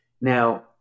Now